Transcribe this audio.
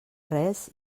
res